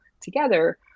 together